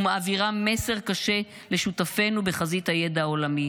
ומעבירה מסר קשה לשותפינו בחזית הידע העולמי.